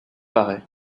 paraît